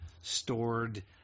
stored